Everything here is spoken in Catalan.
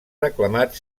reclamat